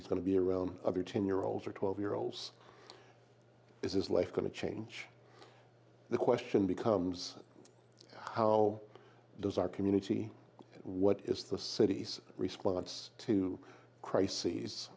he's going to be around other ten year olds or twelve year olds is his life going to change the question becomes how does our community what is the city's response to crises